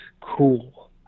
cool